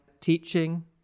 teaching